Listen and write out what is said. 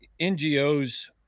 NGOs